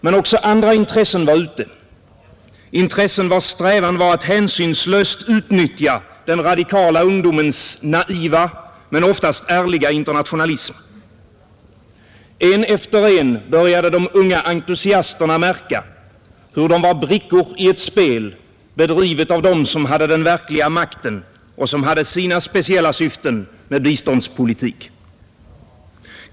Men också andra intressen var ute, intressen vilkas strävan var att hänsynslöst utnyttja den radikala ungdomens naiva men oftast ärliga internationalism. En efter en började de unga entusiasterna märka hur de var brickor i ett spel, bedrivet av dem som hade den verkliga makten och som hade sina speciella syften med biståndspolitik.